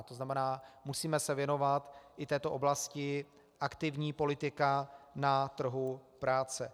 To znamená, musíme se věnovat i této oblasti aktivní politiky na trhu práce.